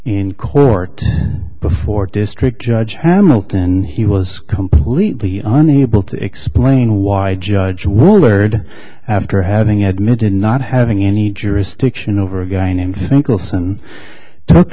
in court before district judge hamilton he was completely unable to explain why judge war lurd after having admitted not having any jurisdiction over a guy named think